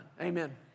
Amen